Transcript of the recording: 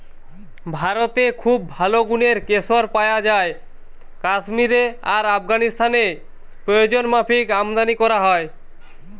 ভারতে খুব ভালো গুনের কেশর পায়া যায় কাশ্মীরে আর আফগানিস্তানে প্রয়োজনমাফিক আমদানী কোরা হয়